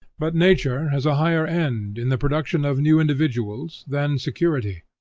but nature has a higher end, in the production of new individuals, than security,